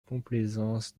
complaisance